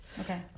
Okay